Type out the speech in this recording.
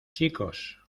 chicos